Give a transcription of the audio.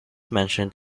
mentioned